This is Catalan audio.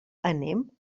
anem